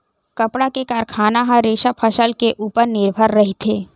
कपड़ा के कारखाना ह रेसा फसल के उपर निरभर रहिथे